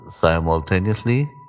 simultaneously